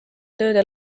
tööde